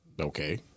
Okay